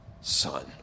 son